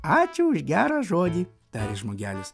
ačiū už gerą žodį tarė žmogelis